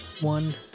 one